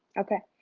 okay.